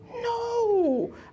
No